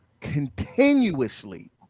continuously